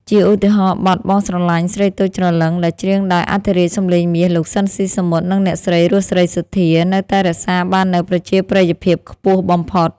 ជាឧទាហរណ៍ បទ បងស្រលាញ់ស្រីតូចច្រឡឹង ដែលច្រៀងដោយអធិរាជសម្លេងមាស លោក ស៊ីន ស៊ីសាមុត និងអ្នកស្រី រស់ សេរីសុទ្ធា នៅតែរក្សាបាននូវប្រជាប្រិយភាពខ្ពស់បំផុត។